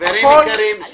חברים יקרים,